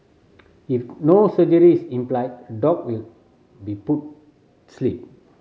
if no surgery is implied dog will be put sleep